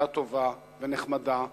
ילדה טובה ונחמדה,